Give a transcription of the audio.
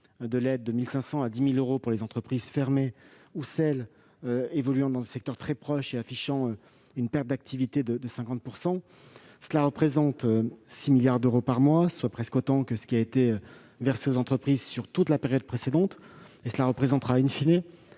de l'aide de 1 500 à 10 000 euros pour les entreprises fermées ou celles évoluant dans le secteur très proche et affichant une perte d'activité de 50 %. Cela représente 6 milliards d'euros par mois, soit presque autant que ce qui a été versé aux entreprises pendant toute la période précédente. Cela représentera un